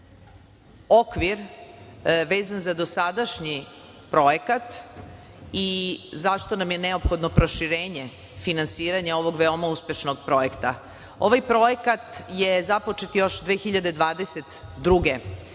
okvir vezan za dosadašnji projekat i zašto nam je neophodno proširenje finansiranja ovog veoma uspešnog projekta. Ovaj projekat je započet još 2022.